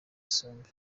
isombe